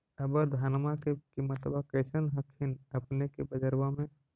अबर धानमा के किमत्बा कैसन हखिन अपने के बजरबा में?